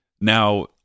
Now